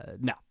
no